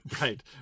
Right